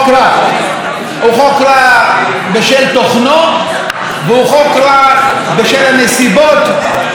הוא חוק רע בשל תוכנו והוא חוק רע בשל הנסיבות שבהן הוא בא לעולם.